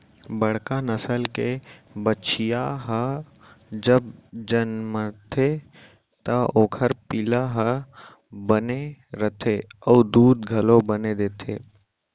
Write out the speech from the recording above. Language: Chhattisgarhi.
बड़का नसल के बछिया ह जब जनमथे त ओकर पिला हर बने रथे अउ दूद घलौ बने देथे